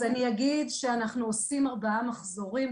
אז אני אגיד שאנחנו עושים ארבעה מחזורים.